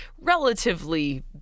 relatively